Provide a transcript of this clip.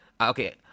okay